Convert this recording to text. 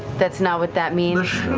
that's not what that means?